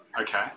Okay